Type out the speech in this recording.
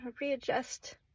readjust